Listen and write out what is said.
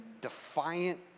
defiant